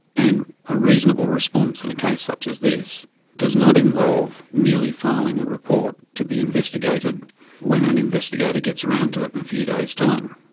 and a reasonable response in a case such as this does not involve merely filing a report to be investigated when an investigator gets around to it in a few days' time.